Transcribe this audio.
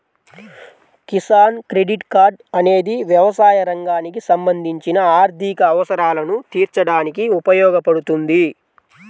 Kisan credit card అనేది వ్యవసాయ రంగానికి సంబంధించిన ఆర్థిక అవసరాలను తీర్చడానికి ఉపయోగపడుతుంది